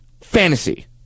fantasy